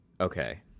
Okay